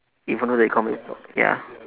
even though the economy is drop~ ya